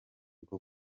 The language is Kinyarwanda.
rwo